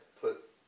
put